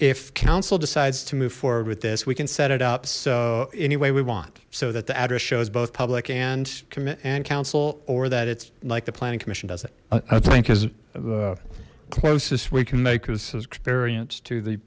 if council decides to move forward with this we can set it up so anyway we want so that the address shows both public and commit and council or that it's like the planning commission does it i think is closest we can make this experience to the